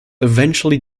eventually